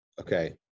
okay